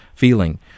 feeling